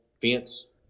fence